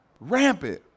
rampant